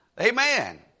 Amen